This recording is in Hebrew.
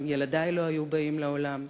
גם ילדי לא היו באים לעולם.